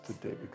today